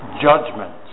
judgment